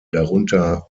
darunter